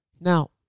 Now